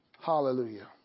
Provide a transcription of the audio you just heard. Hallelujah